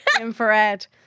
infrared